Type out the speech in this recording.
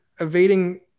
evading